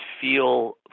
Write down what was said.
feel